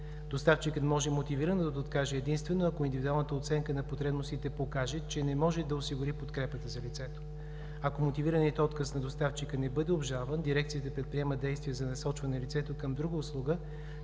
Доставчикът може мотивирано да откаже единствено, ако индивидуалната оценка на потребностите покаже, че не може да осигури подкрепата за лицето. Ако мотивираният отказ на доставчика не бъде обжалван, Дирекцията предприема действия за насочване на лицето към друга услуга,